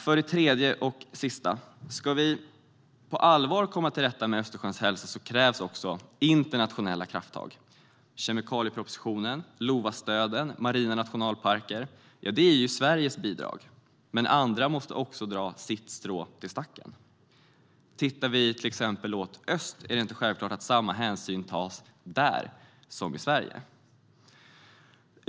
För det tredje, och sista: Ska vi på allvar komma till rätta med Östersjöns hälsa krävs också internationella krafttag. Kemikaliepropositionen, LOVA-stödet och marina nationalparker är Sveriges bidrag. Men andra måste också dra sitt strå till stacken. Titta till exempel åt öst. Där är det inte självklart att samma hänsyn tas som i Sverige.